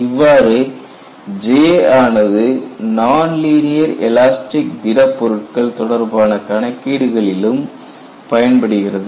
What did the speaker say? இவ்வாறு J ஆனது non linear elastic திடப் பொருட்கள் தொடர்பான கணக்கீடுகளிலும் பயன்படுகிறது